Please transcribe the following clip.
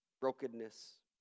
Brokenness